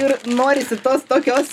ir norisi tos tokios